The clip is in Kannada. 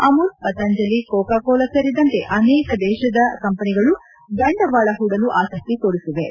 ಅಮುಲ್ ಪತಾಂಜಲಿ ಕೊಕಾ ಕೋಲಾ ಸೇರಿದಂತೆ ಅನೇಕ ದೇಶದ ಕಂಪನಿಗಳು ಬಂಡವಾಳ ಹೂಡಲು ಆಸಕ್ತಿ ತೋರಿಸಿವೆ